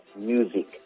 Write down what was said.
music